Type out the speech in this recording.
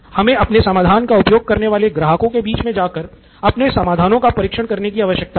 हमे अपने समाधान का उपयोग करने वाले ग्राहकों के बीच मे जाकर अपने समाधानों का परीक्षण करने की आवश्यकता है